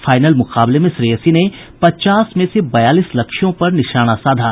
final मुकाबले में श्रेयसी ने पचास में से बयालीस लक्ष्यों पर निशाना साधा